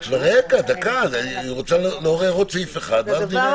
הכיוון